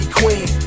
queen